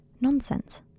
Nonsense